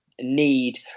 need